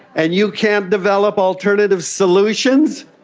and you can't develop alternative solutions?